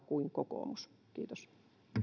kuin kokoomus kiitos